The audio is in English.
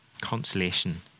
Consolation